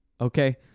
okay